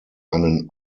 einen